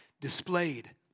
displayed